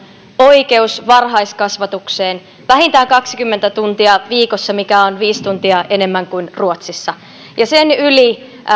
oikeus varhaiskasvatukseen vähintään kaksikymmentä tuntia viikossa mikä on viisi tuntia enemmän kuin ruotsissa sen yli